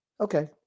Okay